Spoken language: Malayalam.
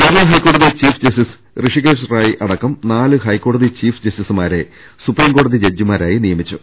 കേരളാ ഹൈക്കോടതി ചീഫ് ജസ്റ്റിസ് ഋഷികേശ് റായ് അടക്കം നാല് ഹൈക്കോടതി ചീഫ് ജസ്റ്റിസുമാരെ സുപ്രീം കോടതി ജഡ്ജിമാ രായി നിയമിച്ചു